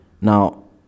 now